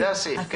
זה הסעיף, כן.